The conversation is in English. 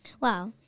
Wow